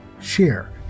share